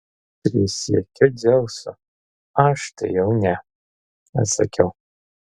prisiekiu dzeusu aš tai jau ne atsakiau